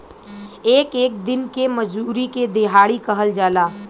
एक एक दिन के मजूरी के देहाड़ी कहल जाला